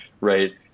right